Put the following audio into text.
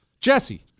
Jesse